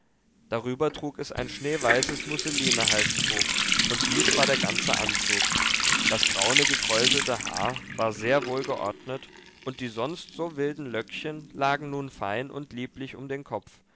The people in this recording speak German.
darüber trug es ein schneeweißes musselinehalstuch und dies war der ganze anzug das braune gekräuselte haar war sehr wohl geordnet und die sonst so wilden löckchen lagen nun fein und lieblich um den kopf